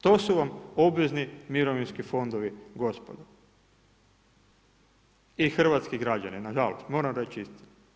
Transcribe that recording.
To su vam obvezni mirovinski fondovi gospodo i hrvatski građani na žalost moram reći istinu.